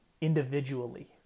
individually